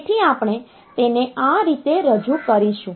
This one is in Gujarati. તેથી આપણે તેને આ રીતે રજૂ કરીશું